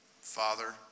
father